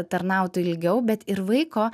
tarnautų ilgiau bet ir vaiko